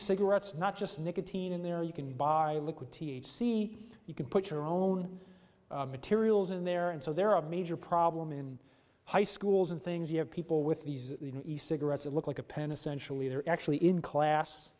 cigarettes not just nicotine in there you can buy liquid th c you can put your own materials in there and so there are a major problem in high schools and things you have people with these cigarettes that look like a pen essentially they're actually in class